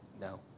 No